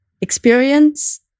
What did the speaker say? experience